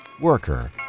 Worker